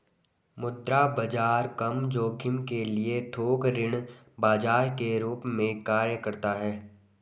मुद्रा बाजार कम जोखिम के लिए थोक ऋण बाजार के रूप में कार्य करता हैं